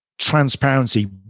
transparency